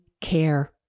care